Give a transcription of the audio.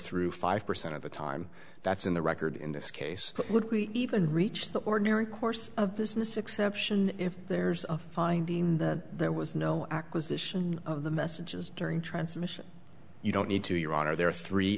through five percent of the time that's in the record in this case would we even reach the ordinary course of business exception if there's a finding the there was no acquisition of the messages during transmission you don't need to your honor there are three